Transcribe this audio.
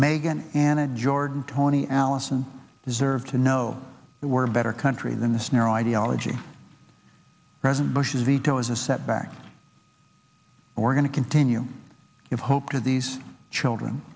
megan anna jordan tony allison deserve to know we're vetter country than this narrow ideology president bush's veto is a setback and we're going to continue to hope to these children